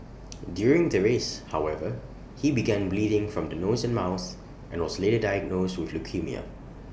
during the race however he began bleeding from the nose and mouth and was later diagnosed with leukaemia